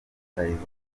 rutahizamu